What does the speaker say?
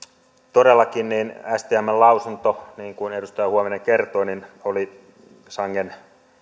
todellakin stmn lausunto niin kuin edustaja huovinen kertoi oli sangen